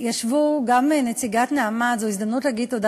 ישבה גם נציגת "נעמת" זו הזדמנות להגיד תודה